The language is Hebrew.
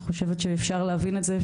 אני חושבת שאפשר להבין את זה,